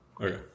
Okay